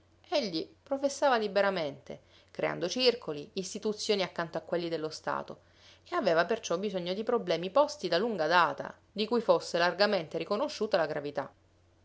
egli professava liberamente creando circoli istituzioni accanto a quelli dello stato e aveva perciò bisogno di problemi posti da lunga data di cui fosse largamente riconosciuta la gravità